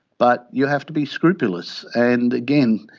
but you have to be scrupulous and, again,